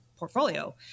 portfolio